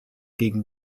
gegen